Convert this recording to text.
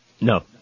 No